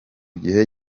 gihe